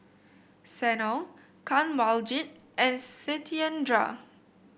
Sanal Kanwaljit and Satyendra